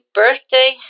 birthday